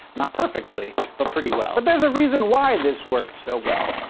not perfectly, but pretty well. but there's a reason why this worked so well.